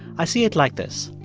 i see it like this.